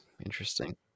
Interesting